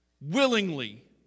Willingly